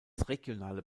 regionale